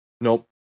Nope